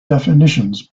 definitions